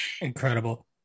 incredible